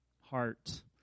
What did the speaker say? heart